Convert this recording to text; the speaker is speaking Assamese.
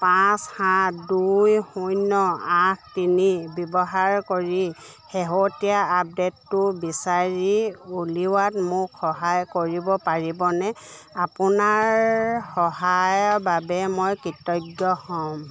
পাঁচ সাত দুই শূন্য আঠ তিনি ব্যৱহাৰ কৰি শেহতীয়া আপডে'টটো বিচাৰি উলিওৱাত মোক সহায় কৰিব পাৰিবনে আপোনাৰ সহায়ৰ বাবে মই কৃতজ্ঞ হ'ম